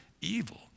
evil